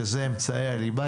שאלה אמצעי הליבה,